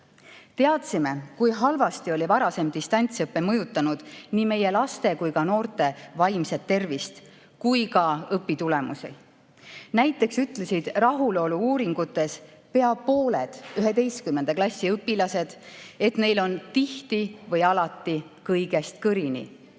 Teadsime, kui halvasti oli varasem distantsõpe mõjutanud nii meie laste ja noorte vaimset tervist kui ka õpitulemusi. Näiteks ütlesid rahulolu-uuringutes pea pooled 11. klassi õpilased, et neil on tihti või alati kõigest kõrini.